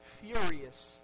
furious